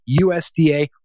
USDA